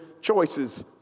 choices